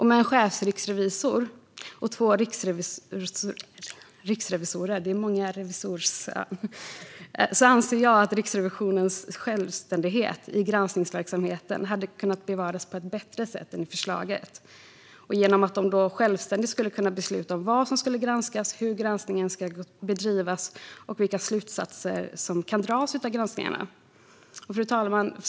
Med en chefsriksrevisor och två riksrevisorer anser jag att Riksrevisionens självständighet i granskningsverksamheten hade bevarats på ett bättre sätt än i förslaget. De skulle då självständigt kunna besluta om vad som skulle granskas, hur granskningen ska bedrivas och vilka slutsatser som kan dras av granskningarna. Fru talman!